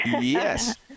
Yes